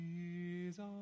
Jesus